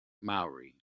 maori